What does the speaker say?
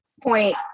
point